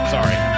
Sorry